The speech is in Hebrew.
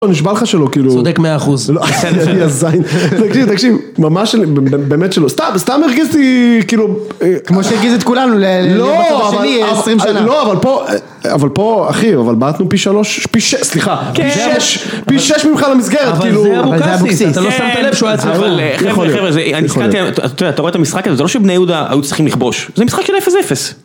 נשבע לך שלא כאילו, סודק מאה אחוז, תקשיב תקשיב, באמת שלא, סתם הרגיסתי כאילו, כמו שהגיס את כולנו, לא אבל פה, אבל פה אחי אבל באתנו פי שלוש, פי שש סליחה, פי שש ממך למסגרת כאילו, אבל זה אבוקסיס, אתה לא שם את הלב שהוא היה צריך, אבל חבר'ה אני זכרתי, אתה רואה את המשחק הזה, זה לא שבני יהודה היו צריכים לכבוש, זה משחק של אפס אפס